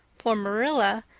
for marilla,